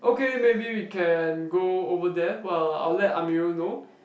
okay maybe we can go over there while I'll let Amirul know